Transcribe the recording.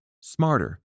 smarter